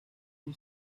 who